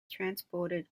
transported